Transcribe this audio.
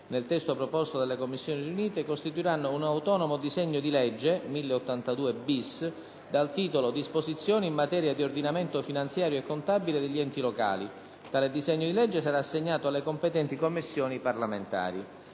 del testo proposto dalle Commissioni riunite, formeranno oggetto di un autonomo disegno di legge (1082-*bis*), dal titolo «Disposizioni in materia di ordinamento finanziario e contabile degli enti locali». Tale disegno di legge sarà assegnato alle competenti Commissioni parlamentari.